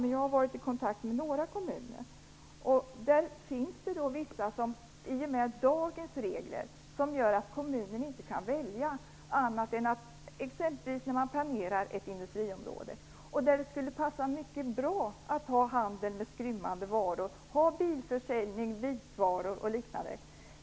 Men jag har varit i kontakt med några kommuner, som med dagens regler inte har någon valmöjlighet i samband med planering av ett industriområde där det skulle passa mycket bra att bedriva handel med skrymmande varor, exempelvis bilar, vitvaror och liknande.